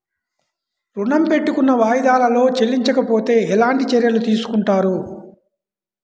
ఋణము పెట్టుకున్న వాయిదాలలో చెల్లించకపోతే ఎలాంటి చర్యలు తీసుకుంటారు?